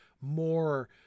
more